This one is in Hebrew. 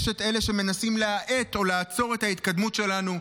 יש את אלה שמנסים להאט או לעצור את ההתקדמות שלנו,